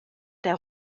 der